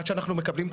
עד שאנחנו מקבלים תוצר.